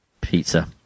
pizza